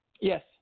Yes